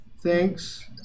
Thanks